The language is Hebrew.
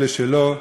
ואלה שלא,